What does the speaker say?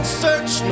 search